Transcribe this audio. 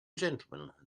gentlemen